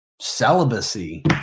celibacy